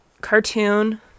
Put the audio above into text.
cartoon